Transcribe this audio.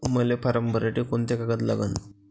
मले फारम भरासाठी कोंते कागद लागन?